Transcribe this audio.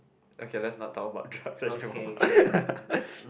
okay let's not talk about drugs anymore